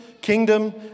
kingdom